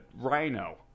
rhino